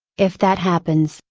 if that happens,